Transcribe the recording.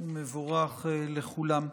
ומבורך לכולם.